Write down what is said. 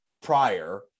prior